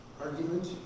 argument